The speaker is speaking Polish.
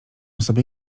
sobie